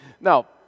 Now